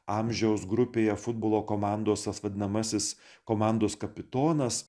amžiaus grupėje futbolo komandos tas vadinamasis komandos kapitonas